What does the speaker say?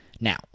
Now